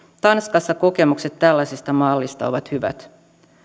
tanskassa kokemukset tällaisesta mallista ovat hyvät